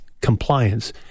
compliance